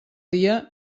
dia